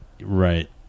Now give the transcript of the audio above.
Right